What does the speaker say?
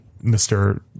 Mr